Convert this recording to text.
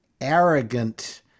arrogant